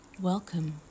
Welcome